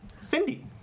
Cindy